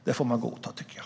Det får man godta, tycker jag.